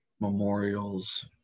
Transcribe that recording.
memorials